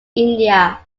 india